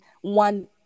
one